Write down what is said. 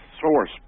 source